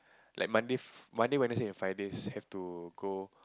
like Monday Monday Wednesday and Fridays have to go